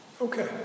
Okay